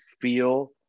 feel